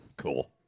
Cool